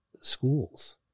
schools